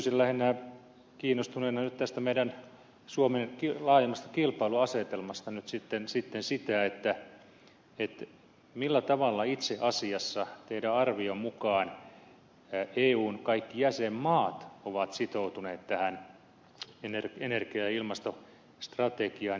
kysyisin lähinnä kiinnostuneena nyt tästä meidän suomen laajemmasta kilpailuasetelmasta sitten sitä millä tavalla itse asiassa teidän arvionne mukaan eun kaikki jäsenmaat ovat sitoutuneet tähän energia ja ilmastostrategiaan